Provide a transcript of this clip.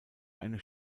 eine